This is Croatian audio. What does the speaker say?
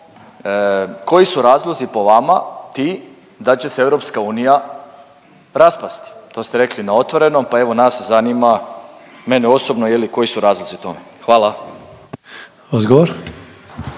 Koji su razlozi po vama ti da će se EU raspasti? To ste rekli na Otvorenom, pa evo, nas zanima, mene osobno, je li, koji su razlozi tome? Hvala.